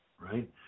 right